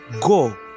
go